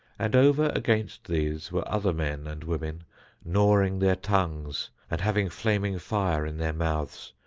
and over against these were other men and women gnawing their tongues and having flaming fire in their mouths.